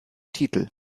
titel